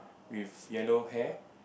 with yellow hair